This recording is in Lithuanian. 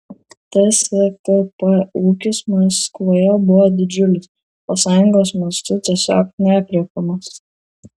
tskp ūkis maskvoje buvo didžiulis o sąjungos mastu tiesiog neaprėpiamas